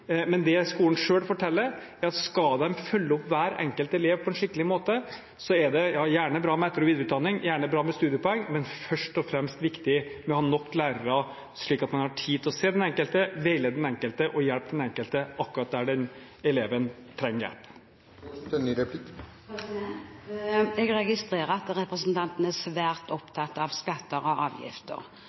Men det skolen selv forteller, er at skal de følge opp hver enkelt elev på en skikkelig måte, er det gjerne bra med etter- og videreutdanning, gjerne bra med studiepoeng, men først og fremst er det viktig å ha nok lærere, slik at man har tid til å se den enkelte, veilede den enkelte og hjelpe den enkelte akkurat der den eleven trenger hjelp. Jeg registrerer at representanten er svært opptatt av skatter og avgifter